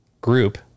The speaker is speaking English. group